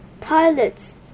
Pilots